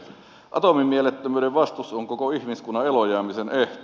atomimielettömyyden vastustus on koko ihmiskunnan eloon jäämisen ehto